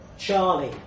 Charlie